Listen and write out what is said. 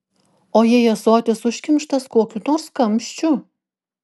o jei ąsotis užkimštas kokiu nors kamščiu